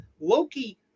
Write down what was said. Loki